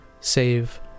save